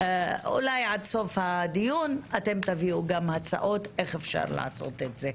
אולי עד סוף הדיון תביאו גם הצעות איך אפשר לעשות את זה,